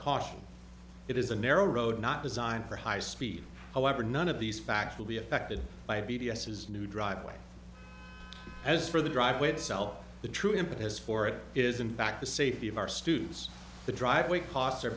y it is a narrow road not designed for high speed however none of these facts will be affected by b d s is new driveway as for the driveway itself the true impetus for it is in fact the safety of our students the driveway costs are